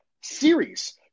series